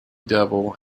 devil